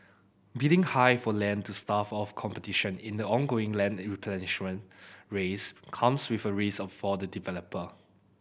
bidding high for land to stave off competition in the ongoing land race comes with a risk for the developer